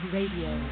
Radio